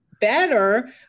better